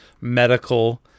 medical